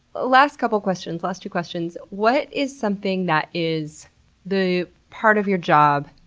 last couple of questions, last two questions what is something that is the part of your job,